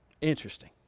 Interesting